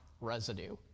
residue